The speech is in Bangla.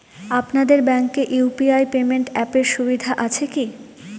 আপনাদের ব্যাঙ্কে ইউ.পি.আই পেমেন্ট অ্যাপের সুবিধা আছে কি?